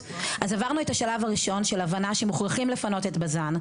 עברנו את השלב הראשון של הבנה שמוכרחים לפנות את בז"ן,